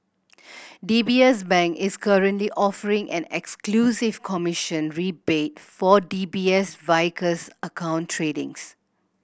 D B S Bank is currently offering an exclusive commission rebate for D B S Vickers account tradings